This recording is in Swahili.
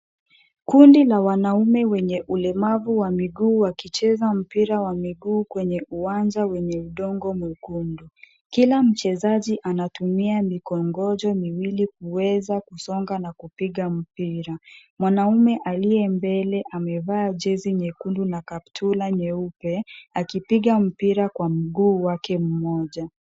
Kundi la wanaume wenye ulemavu wa miguu wakicheza mpira wa miguu kwenye uwanja wenye udongo mwekundu. Kila mchezaji anatumia mikongojo miwili kuweza kusonga na kupiga mpira. Mwanaume aliye mbele amevaa jezi nyekundu na kaptura nyeupe akipiga mpira kwa mguu wake mmoja.